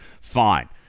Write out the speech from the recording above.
fine